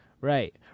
Right